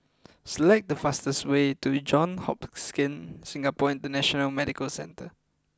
select the fastest way to Johns Hopkins Singapore International Medical Centre